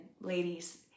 ladies